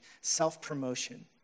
self-promotion